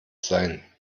sein